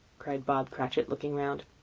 cried bob cratchit, looking round.